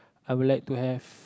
I would like to have